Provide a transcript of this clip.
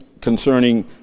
concerning